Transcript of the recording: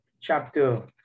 chapter